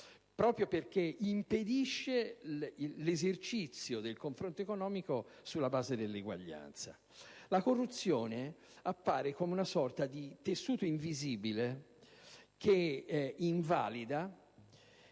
proprio perché impedisce l'esercizio del confronto economico sulla base dell'eguaglianza. La corruzione appare come una sorta di tessuto invisibile che invalida